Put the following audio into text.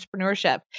entrepreneurship